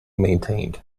maintained